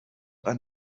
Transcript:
ein